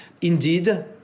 Indeed